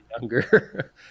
younger